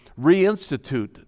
reinstitute